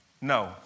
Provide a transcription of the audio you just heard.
No